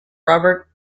robert